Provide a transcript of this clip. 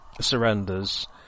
surrenders